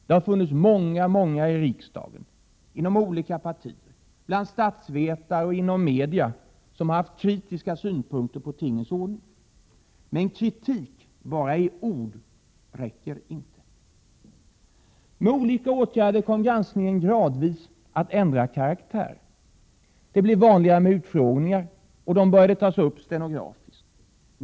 Det har funnits många i riksdagen inom olika partier, bland statsvetare och inom media som haft kritiska synpunkter på tingens ordning. Men kritik bara i ord räcker inte. Med olika åtgärder kom granskningen att gradvis ändra karaktär. Det blev vanligare med utfrågningar, och de började tas upp stenografiskt.